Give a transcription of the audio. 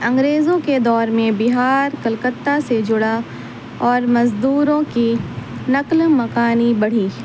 انگریزوں کے دور میں بہار کلکتہ سے جڑا اور مزدوروں کی نقل مکانی بڑھی